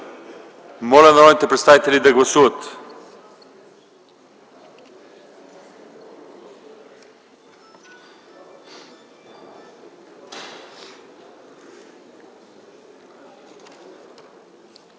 Моля народните представители да гласуват.